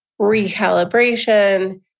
recalibration